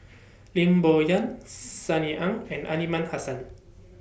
Lim Bo Yam Sunny Ang and Aliman Hassan